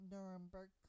Nuremberg